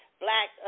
black